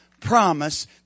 promise